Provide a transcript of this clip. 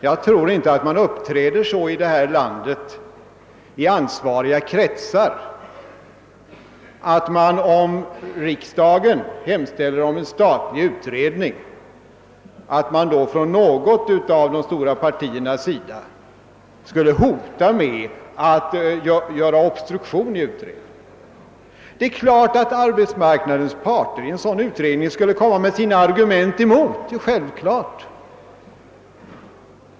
Jag tror inte att man här i landet uppträder så inom ansvariga kretsar — om riksdagen hemställer om en statlig utredning — att man från något av de stora partiernas sida skulle hota med att göra obstruktion i utredningen. Självfallet skulle arbetsmarknadens parter i en sådan utredning komma med sina argument emot.